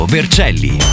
Vercelli